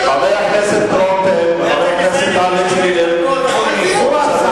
חבר הכנסת רותם, זו הצעה, נגמר הזמן.